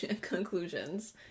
conclusions